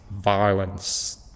violence